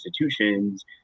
institutions